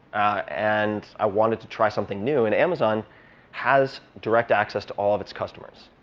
and i wanted to try something new. and amazon has direct access to all of its customers.